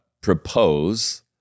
propose